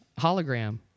hologram